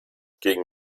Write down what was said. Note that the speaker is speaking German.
gegen